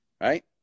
right